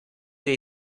dei